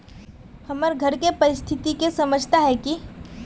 हमर घर के परिस्थिति के समझता है की?